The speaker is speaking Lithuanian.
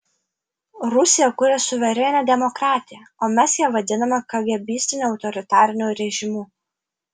rusija kuria suverenią demokratiją o mes ją vadiname kagėbistiniu autoritariniu režimu